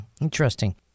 Interesting